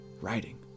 writing